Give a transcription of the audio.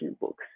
Books